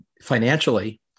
financially